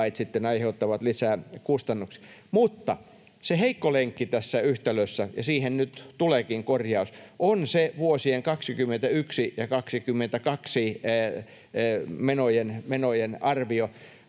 lait aiheuttavat lisää kustannuksia. Mutta se heikko lenkki tässä yhtälössä — ja siihen nyt tuleekin korjaus — on se vuosien 21 ja 22 menojen arvio.